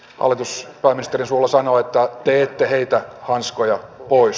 hallitus pääministerin suulla sanoo että te ette heitä hanskoja pois